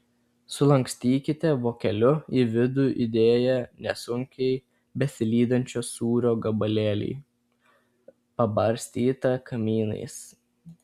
sulankstykite vokeliu į vidų įdėję nesunkiai besilydančio sūrio gabalėlį pabarstytą kmynais